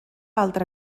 altra